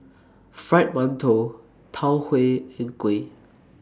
Fried mantou Tau Huay and Kuih